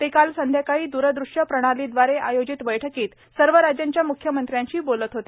ते काल संध्याकाळी द्रदृश्य प्रणालीदवारे आयोजित बैठकीत सर्व राज्यांच्या मुख्यमंत्र्यांशी बोलत होते